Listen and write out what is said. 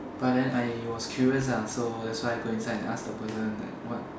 but then I was curious ah so that's why I go inside and ask the person like what